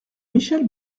michèle